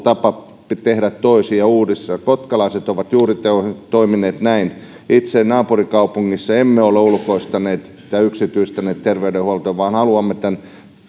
tapa tehdä toisin ja uudistua kotkalaiset ovat juuri näin toimineet itse naapurikaupungissa emme ole ulkoistaneet tai yksityistäneet terveydenhuoltoa vaan haluamme tämän